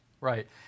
Right